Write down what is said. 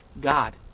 God